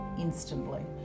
instantly